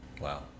Wow